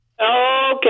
Okay